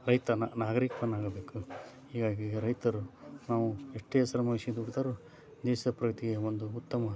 ರೈತ ನಾಗರೀಕನಾಗಬೇಕು ಹೀಗಾಗಿ ರೈತರು ನಾವು ಎಷ್ಟೇ ಶ್ರಮವಹಿಸಿ ದುಡಿದರು ದೇಶದ ಪ್ರಗತಿಗೆ ಒಂದು ಉತ್ತಮ